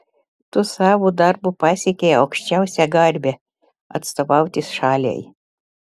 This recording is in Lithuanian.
tu savo darbu pasiekei aukščiausią garbę atstovauti šaliai